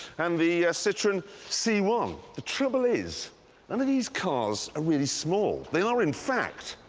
and the citroen c one. the trouble is none of these cars are really small. they are in fact.